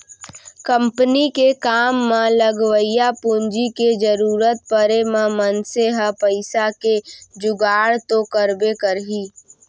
company के काम म लगवइया पूंजी के जरूरत परे म मनसे ह पइसा के जुगाड़ तो करबे करही